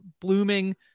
blooming